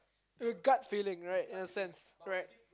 the gut feeling right in the sense right